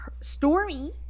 Stormy